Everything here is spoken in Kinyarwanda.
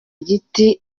igiti